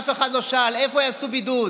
אף אחד לא שאל: איפה הם יעשו בידוד,